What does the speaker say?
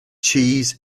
cheese